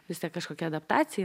vis tiek kažkokia adaptacija